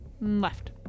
Left